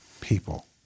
people